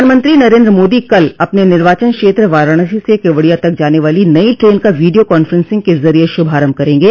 प्रधानमंत्री नरेन्द्र मोदी कल अपने निर्वाचन क्षेत्र वाराणसी से केवड़िया तक जाने वाली नई ट्रेन का वीडियो कांफेंसिंग के ज़रिए शुभारम्भ करेंगे